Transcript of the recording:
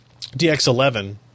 DX11